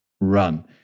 run